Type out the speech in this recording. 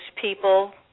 people